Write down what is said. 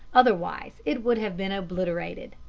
otherwise it would have been obliterated.